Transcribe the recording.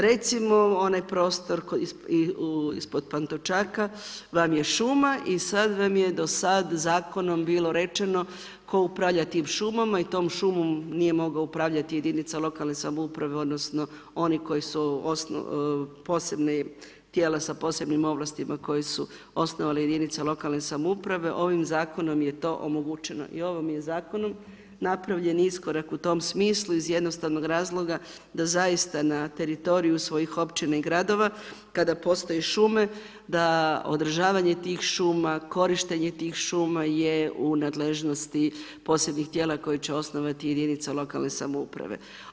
Recimo onaj prostor ispod Pantovčaka vam je šuma i sada vam je do sada zakonom bilo rečeno tko upravlja tim šumama i tom šumom nije mogao upravljati jedinica lokalne samouprave, odnosno ovi koji su posebna tijela sa posebnim ovlastima koje su osnovale jedinice lokalne samouprave, ovim zakonom je to omogućeno i ovom je zakonu napravljen iskorak u tom smislu iz jednostavnog razloga da zaista na teritoriju svojih općina i gradova kada postoje šume da održavanje tih šuma, korištenje tih šuma je u nadležnosti posebnih tijela koje će osnovati jedinice lokalne samouprave.